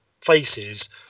faces